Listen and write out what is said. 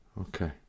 Okay